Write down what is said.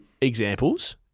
examples